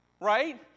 right